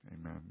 amen